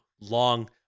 long